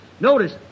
Notice